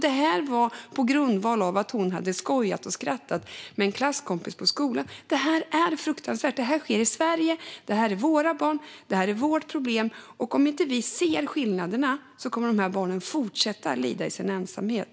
Detta var på grundval av att hon hade skojat och skrattat med en klasskompis i skolan. Det här är fruktansvärt. Det sker i Sverige, och det är våra barn och vårt problem. Om vi inte ser skillnaderna kommer de här barnen att fortsätta att lida i sin ensamhet.